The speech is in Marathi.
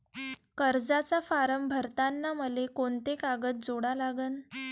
कर्जाचा फारम भरताना मले कोंते कागद जोडा लागन?